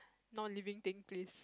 non-living thing please